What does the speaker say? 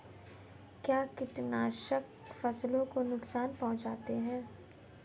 क्या कीटनाशक फसलों को नुकसान पहुँचाते हैं?